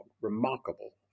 remarkable